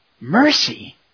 Mercy